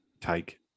take